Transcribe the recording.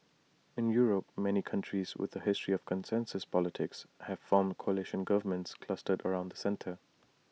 in Europe many countries with A history of consensus politics have formed coalition governments clustered around the centre